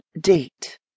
date